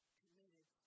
committed